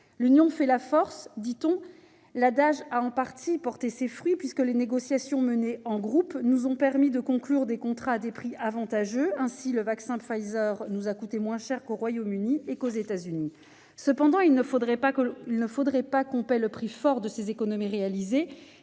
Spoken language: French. L'Union fait la force, dit-on : l'adage a en partie porté ses fruits, puisque les négociations menées en groupe nous ont permis de conclure des contrats à des prix avantageux. Ainsi le vaccin de Pfizer nous a-t-il coûté moins cher qu'au Royaume-Uni et qu'aux États-Unis. Il ne faudrait toutefois pas que nous payions le prix fort de ces économies réalisées,